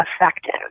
effective